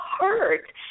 hurt